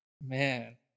Man